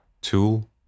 tool